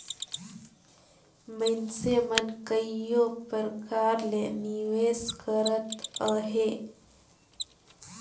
मइनसे मन कइयो परकार ले निवेस करत अहें